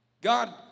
God